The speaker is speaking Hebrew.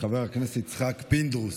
חבר הכנסת יצחק פינדרוס,